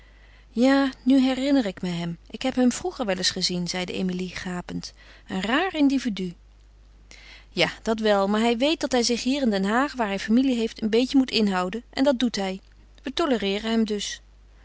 ja nu herinner ik me hem ik heb hem vroeger wel eens gezien zeide emilie gapend een raar individu ja dat wel maar hij weet dat hij zich hier in den haag waar hij familie heeft een beetje moet inhouden en dat doet hij we tolereeren hem dus